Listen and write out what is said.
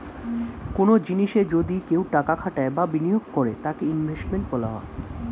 কনো জিনিসে যদি কেউ টাকা খাটায় বা বিনিয়োগ করে তাকে ইনভেস্টমেন্ট বলে